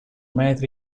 metri